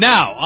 Now